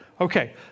Okay